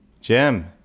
Jim